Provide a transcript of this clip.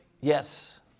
Yes